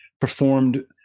performed